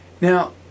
Now